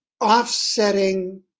offsetting